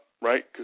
right